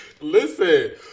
Listen